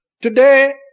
today